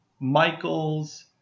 Michael's